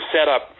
setup